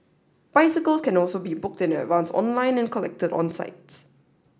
bicycles can also be booked in advance online and collected on site